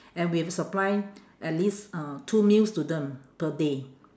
and we have to supply at least uh two meals to them per day